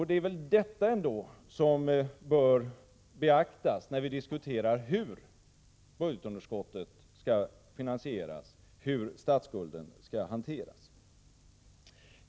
Det är detta som bör beaktas när vi diskuterar hur budgetunderskottet skall finansieras och hur statsskulden skall hanteras.